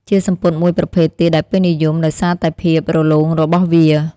ជាសំពត់មួយប្រភេទទៀតដែលពេញនិយមដោយសារតែភាពរលោងរបស់វា។